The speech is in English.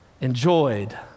enjoyed